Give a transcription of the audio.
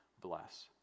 bless